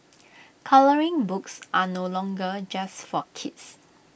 colouring books are no longer just for kids